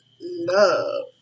love